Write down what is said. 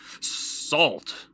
salt